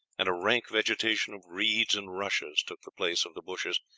and a rank vegetation of reeds and rushes took the place of the bushes,